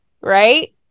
Right